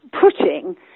putting